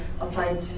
applied